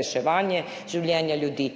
reševanje življenja ljudi.